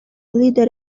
leader